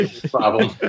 problem